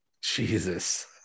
Jesus